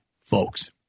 folks